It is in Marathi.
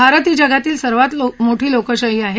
भारत हा जगातली सर्वात मोठी लोकशाही आहे